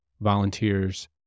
volunteers